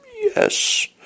yes